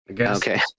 Okay